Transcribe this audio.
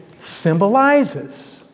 symbolizes